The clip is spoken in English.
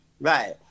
right